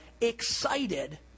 excited